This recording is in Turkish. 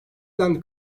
denli